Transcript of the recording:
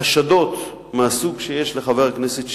חשדות מהסוג שיש לחבר הכנסת שטרית,